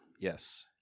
Yes